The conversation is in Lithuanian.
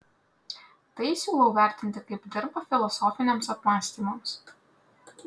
tai siūlau vertinti kaip dirvą filosofiniams apmąstymams